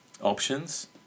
options